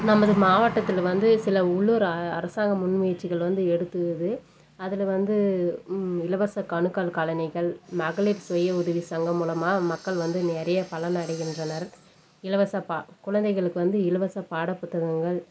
நமது மாவட்டத்தில் வந்து சில உள்ளூர் அரசாங்க முன் முயற்சிகள் வந்து எடுக்கிறது அதில் வந்து இலவச கணுக்கால் காலணிகள் மகளிர் சுயஉதவி சங்கம் மூலமாக மக்கள் வந்து நிறைய பலன் அடைகின்றனர் இலவச பா குழந்தைகளுக்கு வந்து இலவச பாட புத்தகங்கள்